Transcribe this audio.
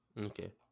okay